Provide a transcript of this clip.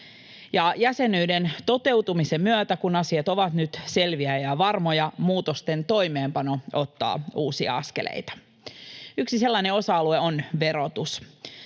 Jäsenyyden toteutumisen myötä, kun asiat ovat nyt selviä ja varmoja, muutosten toimeenpano ottaa uusia askeleita. Yksi sellainen osa-alue on verotus.